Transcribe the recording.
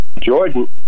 Jordan